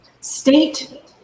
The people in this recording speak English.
state